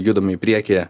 judam į priekį